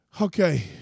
Okay